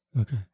okay